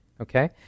okay